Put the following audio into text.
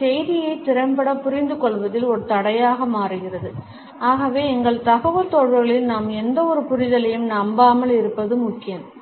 செய்தியை திறம்பட புரிந்து கொள்வதில் ஒரு தடையாக மாறுகிறது ஆகவே எங்கள் தகவல்தொடர்புகளில் நாம் எந்தவொரு புரிதலையும் நம்பாமல் இருப்பது முக்கியம்